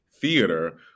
theater